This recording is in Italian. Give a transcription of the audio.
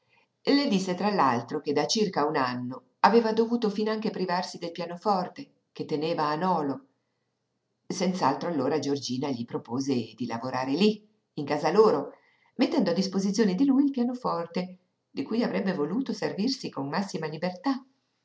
vita le disse tra l'altro che da circa un anno aveva dovuto finanche privarsi del pianoforte che teneva a nolo senz'altro allora giorgina gli propose di lavorare lí in casa loro mettendo a disposizione di lui il pianoforte di cui avrebbe potuto servirsi con la massima libertà